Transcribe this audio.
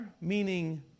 meaning